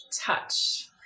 touch